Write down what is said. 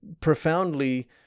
profoundly